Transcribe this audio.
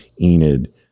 Enid